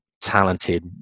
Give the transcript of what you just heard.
talented